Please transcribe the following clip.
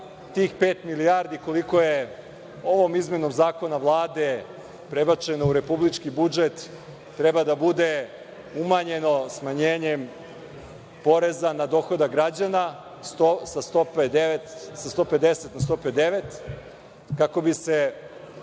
tih pet milijardi, koliko je ovom izmenom zakona Vlade prebačeno u republički budžet, treba da bude umanjeno smanjenjem poreza na dohodak građana sa 150 na 109, kako bi se